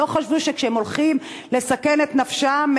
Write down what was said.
הם לא חשבו כשהם הלכו לסכן את נפשם,